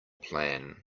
plan